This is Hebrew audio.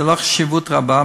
שיש לה חשיבות רבה,